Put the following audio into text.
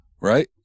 Right